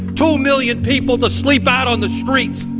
two million people to sleep out on the streets,